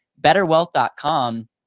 betterwealth.com